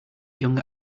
young